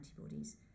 antibodies